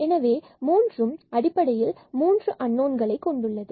எனவே 3 அடிப்படையில் மூன்று அன்னோன்கள் உள்ளது